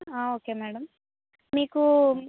okay madam మీకు